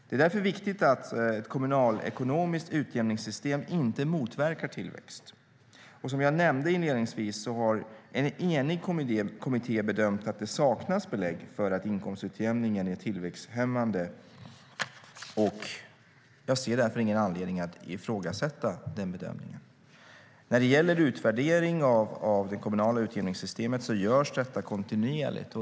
Det är därför viktigt att ett kommunalekonomiskt utjämningssystem inte motverkar tillväxt. När det gäller utvärdering av det kommunala utjämningssystemet görs detta kontinuerligt.